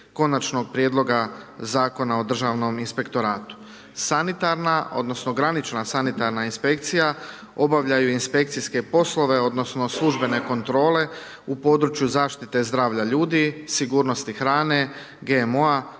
Konačnog prijedloga Zakona o Državnom inspektoratu. Sanitarna, odnosno granična sanitarna inspekcija obavljaju inspekcijske poslove odnosno službene kontrole u području zaštite zdravlja ljudi, sigurnosti hrane, GMO-a,